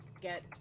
get